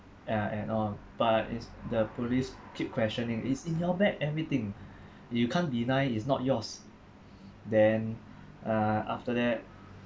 ya at all but it's the police keep questioning it's in your bag everything you can't deny it's not yours then uh after that